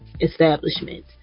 establishment